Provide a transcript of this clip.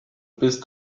bist